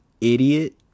Idiot